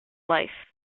life